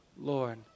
Lord